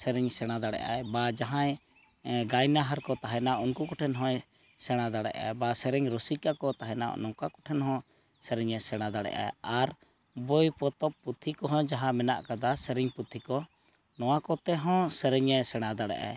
ᱥᱮᱨᱮᱧ ᱥᱮᱬᱟ ᱫᱟᱲᱮᱭᱟᱜᱼᱟ ᱵᱟ ᱡᱟᱦᱟᱸᱭ ᱜᱟᱭᱱᱟᱦᱟᱨ ᱠᱚ ᱛᱟᱦᱮᱱᱟ ᱩᱱᱠᱩ ᱠᱚᱴᱷᱮᱱ ᱦᱚᱸᱭ ᱥᱮᱬᱟ ᱫᱟᱲᱮᱭᱟᱜᱼᱟ ᱥᱮᱨᱮᱧ ᱨᱩᱥᱤᱠᱟ ᱠᱚ ᱛᱟᱦᱮᱱᱟ ᱩᱱᱠᱩ ᱠᱚᱴᱷᱮᱱ ᱦᱚᱸ ᱥᱮᱨᱮᱧᱮ ᱥᱮᱬᱟ ᱫᱟᱲᱮᱭᱟᱜᱼᱟ ᱟᱨ ᱵᱳᱭ ᱯᱚᱛᱚᱵ ᱯᱩᱛᱷᱤ ᱠᱚᱦᱚᱸ ᱡᱟᱦᱟᱸ ᱢᱮᱱᱟᱜ ᱟᱠᱟᱫᱟ ᱥᱮᱨᱮᱧ ᱯᱩᱛᱷᱤ ᱠᱚ ᱱᱚᱣᱟ ᱠᱚᱛᱮ ᱦᱚᱸ ᱥᱮᱨᱮᱧᱮ ᱥᱮᱬᱟ ᱫᱟᱲᱮᱭᱟᱜᱼ ᱟᱭ